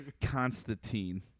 Constantine